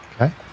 okay